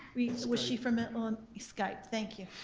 was she from illinois? skype, thank you,